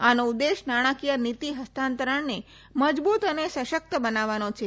આ નો ઉદેશ નાણાકીય નીતી હસ્તાંતરણને મજબૂત અને સશક્ત બનાવવા નો છે